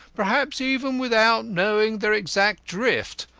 perhaps even without knowing their exact drift,